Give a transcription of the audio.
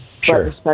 sure